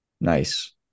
Nice